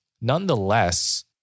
Nonetheless